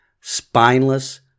Spineless